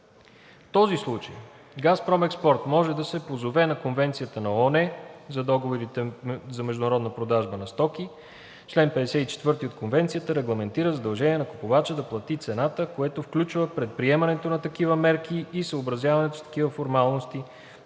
В този случай „Газпром Експорт“ може да се позове на Конвенцията на ООН за договорите за международна продажба на стоки. Член 54 от Конвенцията регламентира задължение на купувача да плати цената, което включва предприемането на такива мерки и съобразяването с такива формалности,